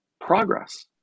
progress